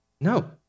No